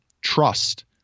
trust